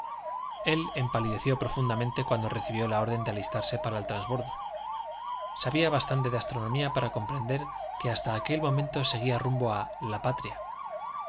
él empalideció profundamente cuando recibió la orden de alistarse para el transbordo sabía bastante de astronomía para comprender que hasta aquel momento seguían rumbo a la patria